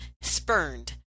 spurned